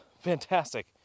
Fantastic